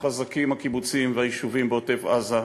חזקים הקיבוצים והיישובים בעוטף-עזה,